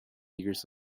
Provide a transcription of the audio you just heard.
years